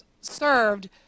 served